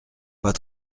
pas